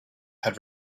had